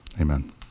Amen